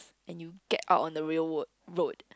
and you get out on the real road road